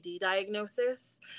diagnosis